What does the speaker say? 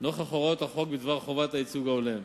נוכח הוראות החוק בדבר הייצוג ההולם.